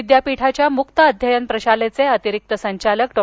विद्यापीठाच्या मुक्त अध्ययन प्रशालेचे अतिरिक्त संचालक डॉ